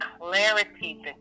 clarity